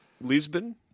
Lisbon